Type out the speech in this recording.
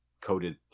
coated